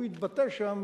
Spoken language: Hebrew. הוא התבטא שם